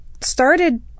started